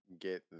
get